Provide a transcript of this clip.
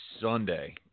Sunday